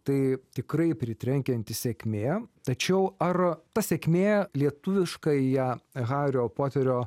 tai tikrai pritrenkianti sėkmė tačiau ar ta sėkmė lietuviškąją hario poterio